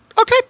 Okay